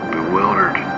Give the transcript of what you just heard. bewildered